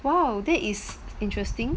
!whoa! that is interesting